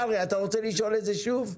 קרעי, אתה רוצה לשאול את זה שוב?